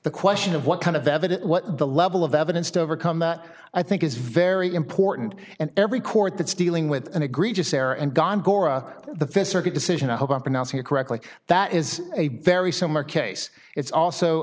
the question of what kind of evidence what the level of evidence to overcome that i think is very important and every court that's dealing with an egregious error and gone gora the first circuit decision i hope i'm pronouncing it correctly that is a very similar case it's also